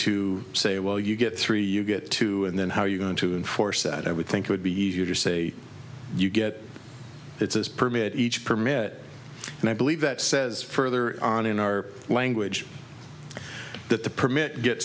to say well you get three you get two and then how are you going to enforce that i would think it would be easier to say you get its permit each permit and i believe that says further on in our language that the permit get